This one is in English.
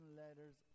letters